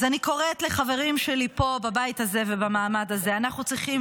אז אני קוראת לחברים שלי פה בבית הזה ובמעמד הזה: אנחנו צריכים